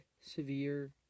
severe